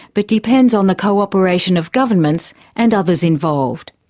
but depends on the co-operation of governments and others involved.